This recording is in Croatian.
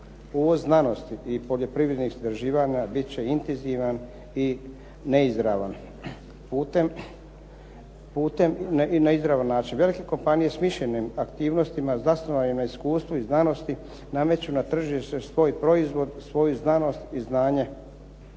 Uvoz znanosti i poljoprivrednih istraživanja biti će intenzivan i neizravan, putem na izravan način. Velike kompanije smišljenim aktivnostima zasnovano na iskustvu i znanosti nameću na tržište svoj proizvod, svoju znanost i znanje